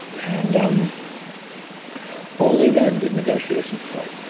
and um only then did negotiations start.